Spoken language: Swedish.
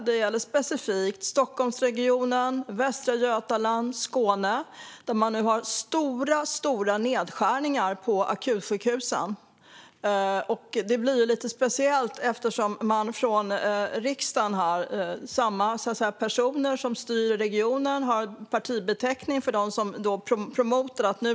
Det gäller specifikt Stockholm, Västra Götaland och Skåne där man gör stora nedskärningar på akutsjukhusen. Det blir lite speciellt eftersom samma partier här i riksdagen förordar fler vårdplatser.